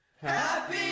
happy